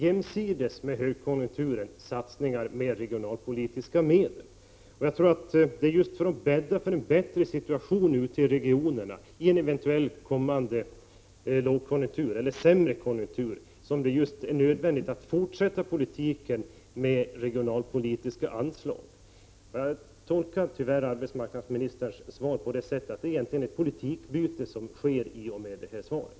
Jämsides med högkonjunkturen måste vi därför få regionalpolitiska satsningar. Just för att bädda för en bättre situation ute i regionerna vid en eventuellt kommande sämre konjunktur är det nödvändigt att fortsätta politiken med regionalpolitiska anslag. Tyvärr måste jag tolka arbetsmarknadsministern på det sättet att hon i och med detta svar ändrar politiken på detta område.